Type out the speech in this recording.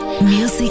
Music